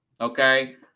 okay